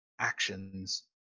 actions